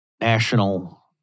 national